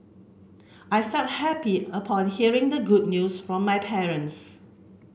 I felt happy upon hearing the good news from my parents